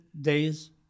days